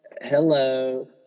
Hello